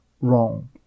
wrong